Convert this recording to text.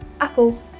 Apple